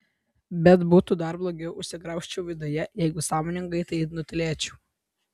bet būtų dar blogiau užsigraužčiau viduje jeigu sąmoningai tai nutylėčiau